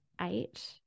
eight